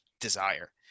desire